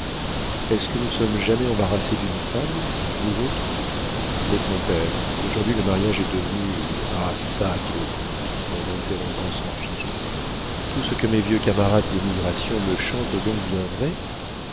est-ce que nous sommes jamais embarrassés d'une femme nous autres mais mon père aujourd'hui le mariage est devenu ah çà dit le comte en interrompant son fils tout ce que mes vieux camarades d'émigration me chantent est donc bien vrai